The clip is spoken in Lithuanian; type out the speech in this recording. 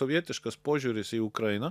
sovietiškas požiūris į ukrainą